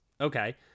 Okay